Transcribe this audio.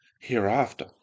hereafter